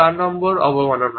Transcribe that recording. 4 নম্বর অবমাননা